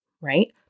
right